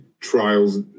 trials